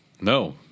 no